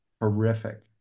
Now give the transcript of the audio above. horrific